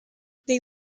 they